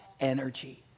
energy